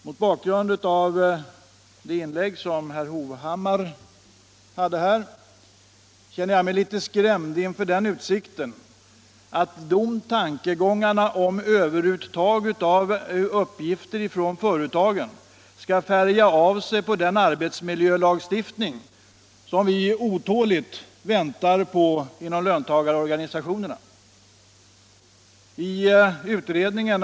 Mot bakgrund av det inlägg som herr Hovhammar gjorde känner jag mig skrämd inför utsikten att tankegångarna om ett överuttag av uppgifter från företagen skall färga av sig på den arbetsmiljölagstiftning som vi inom löntagarorganisationerna otåligt väntar på.